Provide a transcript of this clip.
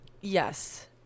Yes